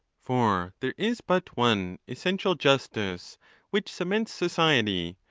for there is but one essential justice which cements society,